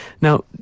Now